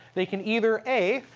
they can either a.